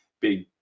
big